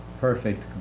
perfect